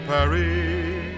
Paris